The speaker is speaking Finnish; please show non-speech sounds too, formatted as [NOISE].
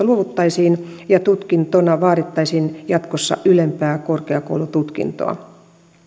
[UNINTELLIGIBLE] luovuttaisiin ja tutkintona vaadittaisiin jatkossa ylempää korkeakoulututkintoa